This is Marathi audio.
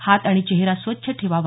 हात आणि चेहरा स्वच्छ ठेवावा